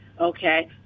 Okay